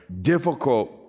difficult